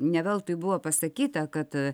ne veltui buvo pasakyta kad